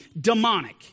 demonic